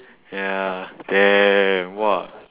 ya ya ya ya ya !wah!